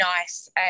nice